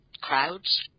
crowds